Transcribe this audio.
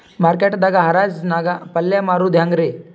Market ದಾಗ್ ಹರಾಜ್ ನಾಗ್ ಪಲ್ಯ ಮಾರುದು ಹ್ಯಾಂಗ್ ರಿ?